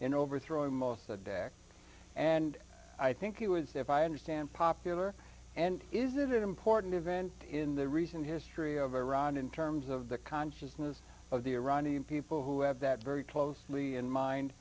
in overthrowing most of the day and i think you would say if i understand popular and is that important event in the recent history of iran in terms of the consciousness of the iranian people who have that very closely in mind